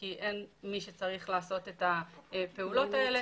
כי אין מי שצריך לעשות את הפעולות האלה,